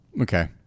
Okay